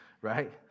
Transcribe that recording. right